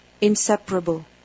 Inseparable